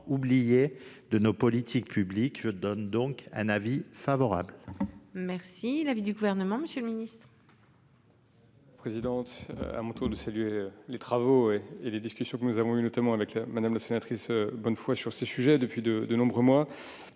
oubliées de nos politiques publiques. J'émets donc un avis favorable